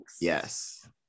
Yes